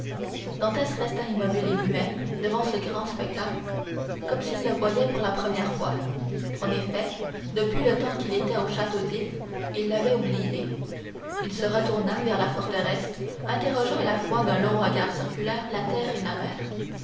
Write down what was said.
dantès resta immobile et muet devant ce grand spectacle comme s'il le voyait pour la première fois en effet depuis le temps qu'il était au château d'if il avait oublié il se retourna vers la forteresse interrogeant à la fois d'un long regard circulaire la terre et la mer